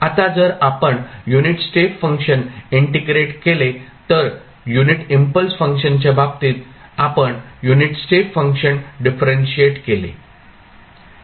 आता जर आपण युनिट स्टेप फंक्शन इंटिग्रेट केले तर युनिट इंपल्स फंक्शनच्या बाबतीत आपण युनिट स्टेप फंक्शन डिफरंशिएट केले